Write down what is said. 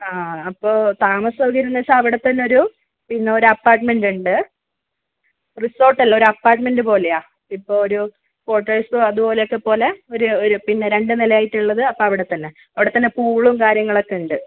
ആ അപ്പോൾ താമസ സൗകര്യം എന്ന് വെച്ചാൽ അവിടെ തന്നെയൊരു പിന്നെ ഒരു അപ്പാർട്ട്മെൻറ് ഉണ്ട് റിസോർട്ട് അല്ല ഒരു അപ്പാർട്ട്മെൻറ് പോലെയാണ് ഇപ്പോൾ ഒരു കോർട്ടേഴ്സും അതുപോലെ ഒക്കെ പോലെ ഒരു ഒരു രണ്ട് നിലയായിട്ടുള്ളത് അപ്പം അവിടെ തന്നെ അവിടെത്തന്നെ പൂളും കാര്യങ്ങളൊക്കെ ഉണ്ട്